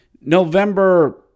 November